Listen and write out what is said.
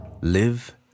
Live